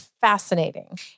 fascinating